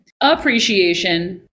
appreciation